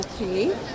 okay